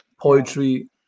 poetry